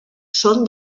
són